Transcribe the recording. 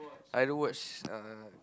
I don't watch uh